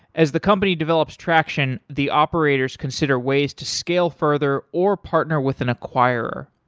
as the company develops traction, the operators consider ways to scale further or partner with an acquirer.